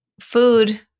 food